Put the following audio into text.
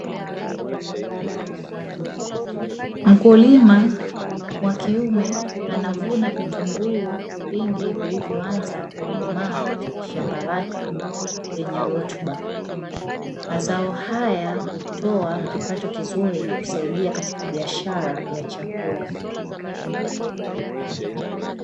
Mkulima wa kiume anavuna vitunguu vingi vilivyoanza kukomaa katika shamba lake lenye rutuba, mazao haya hutoa kipato kizuri na kusaidia katika biashara ya chakula.